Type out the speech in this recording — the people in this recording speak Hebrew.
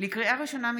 לקריאה ראשונה,